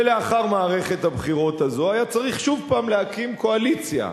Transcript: ולאחר מערכת הבחירות הזו היה צריך שוב הפעם להקים קואליציה,